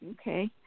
Okay